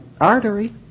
artery